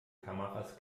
kameras